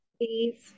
Please